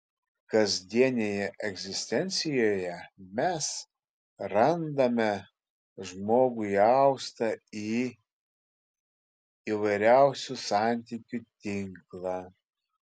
kasdienėje egzistencijoje mes randame žmogų įaustą į įvairiausių santykių tinklą